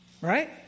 Right